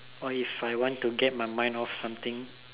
or if I want to get my mind off something